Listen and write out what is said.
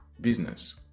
business